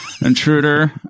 Intruder